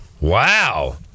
Wow